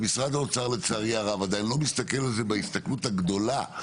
ומשרד האוצר לצערי הרב עדיין לא מסתכל על זה בהסתכלות הגדולה,